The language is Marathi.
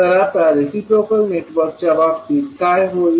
तर आता रेसिप्रोकल नेटवर्कच्या बाबतीत काय होईल